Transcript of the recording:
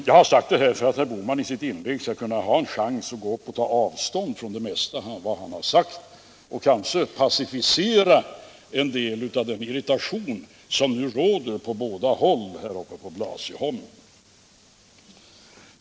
Jag har sagt det här för att ge herr Bohman en chans att i sitt inlägg ta avstånd från det mesta av vad han har sagt och kanske pacificera en del av den irritation som nu råder på båda håll på Blasieholmen.